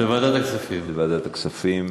להעביר את זה לוועדת הכספים.